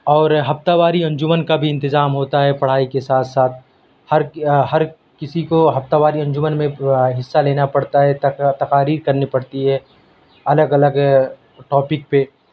اور ہفتہ واری انجمن کا بھی انتظام ہوتا ہے پڑھائی کے ساتھ ساتھ ہر ہر کسی کو ہفتہ واری انجمن میں حصہ لینا پڑتا ہے تق تقاریر کرنی پڑتی ہے الگ الگ ٹاپک پہ